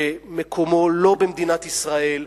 שמקומו לא במדינת ישראל.